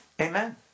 Amen